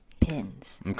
pins